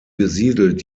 besiedelt